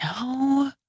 No